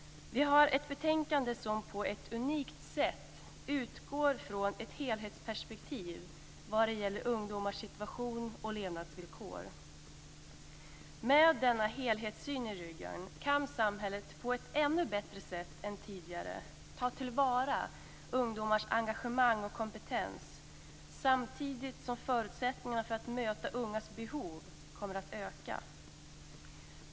Vi har ett betänkande som på ett unikt sätt utgår från ett helhetsperspektiv vad gäller ungdomars situation och levnadsvillkor. Med denna helhetssyn i ryggen kan samhället på ett ännu bättre sätt än tidigare ta till vara ungdomars engagemang och kompetens, samtidigt som förutsättningarna för att möta ungas behov kommer att öka.